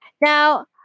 Now